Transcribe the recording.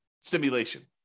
simulation